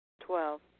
Twelve